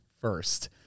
first